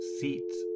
seats